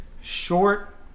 short